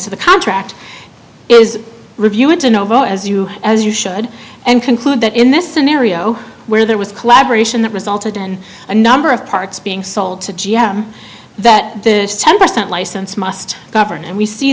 s the contract is reviewed to know as you as you should and conclude that in this scenario where there was collaboration that resulted in a number of parts being sold to g m that the ten percent license must govern and we see